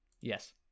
Yes